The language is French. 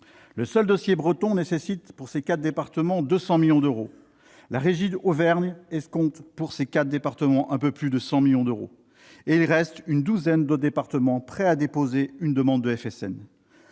Le seul dossier breton nécessite pour ses quatre départements 200 millions d'euros. La régie Auvergne numérique escompte, pour ses quatre départements, un peu plus de 100 millions d'euros. En outre, il reste une douzaine d'autres départements prêts à déposer une demande de FSN